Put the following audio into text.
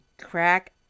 crack